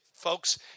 Folks